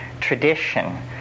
tradition